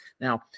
Now